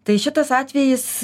tai šitas atvejis